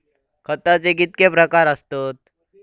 खताचे कितके प्रकार असतत?